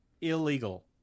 illegal